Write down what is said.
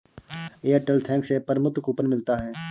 Airtel thanks app पर मुफ्त coupon मिलता है